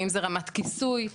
ואם זה רמת כיסוי,